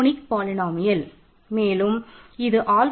Q alpha